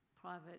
private